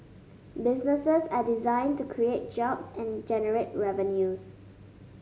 businesses are designed to create jobs and generate revenues